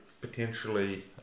potentially